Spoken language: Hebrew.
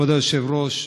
כבוד היושב-ראש,